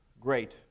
great